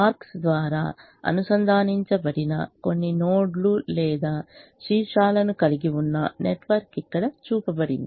arcs ద్వారా అనుసంధానించబడిన కొన్ని నోడ్లు లేదా శీర్షాలను కలిగి ఉన్న నెట్వర్క్ ఇక్కడ చూపబడింది